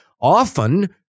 Often